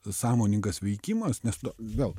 sąmoningas veikimas nes vėl